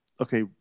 Okay